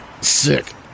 sick